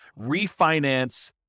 refinance